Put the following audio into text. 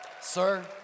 Sir